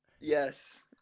Yes